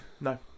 No